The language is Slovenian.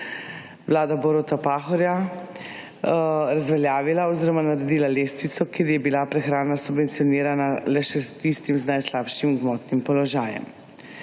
Vlada Boruta Pahorja razveljavila oziroma naredila lestvico, kjer je bila prehrana subvencionirana le še tistim z najslabšim gmotnim položajem.